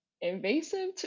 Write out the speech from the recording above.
invasive